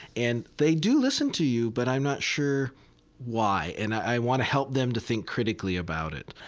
and they do listen to you, but i'm not sure why, and i want to help them to think critically about it.